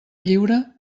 lliure